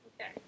Okay